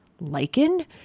lichen